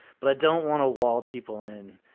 but i don't want to wall people in,